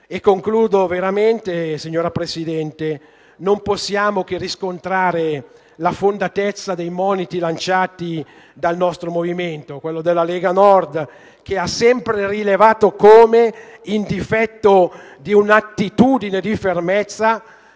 In conclusione, signora Presidente, non possiamo che riscontrare la fondatezza dei moniti lanciati dal nostro movimento, la Lega Nord, che ha sempre rilevato come, in difetto di un'attitudine di fermezza,